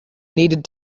needed